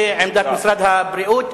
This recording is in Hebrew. זו עמדת משרד הבריאות.